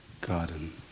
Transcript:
Garden